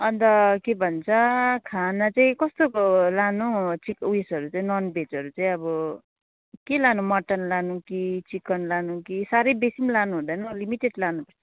अन्त के भन्छ खाना चाहिँ कस्तो लानु ठिक उयसहरू चाहिँ नन भेजहरू चाहिँ अब के लानु मटन लानु कि चिकन लानु कि साह्रै बेसी पनि लानुहुँदैन लिमिटेड लानु पर्छ